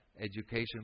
education